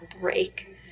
break